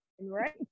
Right